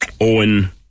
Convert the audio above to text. Owen